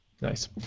Nice